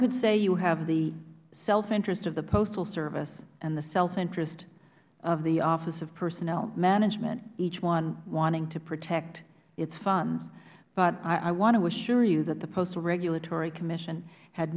could say you have the self interest of the postal service and the self interest of the office of personnel management each one wanting to protect its funds but i want to assure you that the postal regulatory commission had